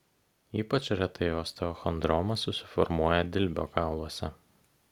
ypač retai osteochondroma susiformuoja dilbio kauluose